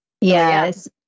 yes